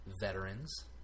veterans